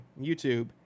YouTube